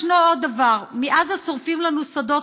ישנו עוד דבר: מעזה שורפים לנו שדות,